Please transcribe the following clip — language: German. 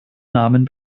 namen